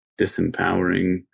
disempowering